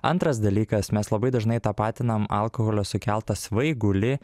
antras dalykas mes labai dažnai tapatinam alkoholio sukeltą svaigulį